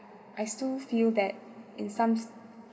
I I still feel that in some